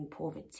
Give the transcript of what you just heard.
poverty